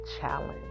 challenge